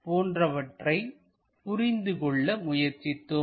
போன்றவற்றை புரிந்து கொள்ள முயற்சித்தோம்